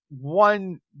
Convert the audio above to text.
one